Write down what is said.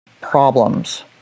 problems